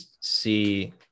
see